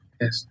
Yes